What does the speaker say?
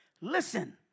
listen